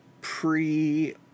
pre